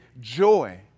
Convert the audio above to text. joy